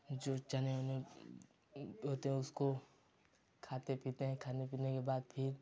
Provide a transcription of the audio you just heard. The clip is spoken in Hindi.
जो चने उने होते हैं उसको खाते पीते हैं खाने पीने के बाद फिर